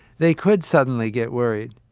they could suddenly get worried.